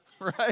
right